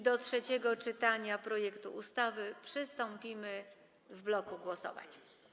Do trzeciego czytania projektu ustawy przystąpimy w bloku głosowań.